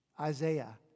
Isaiah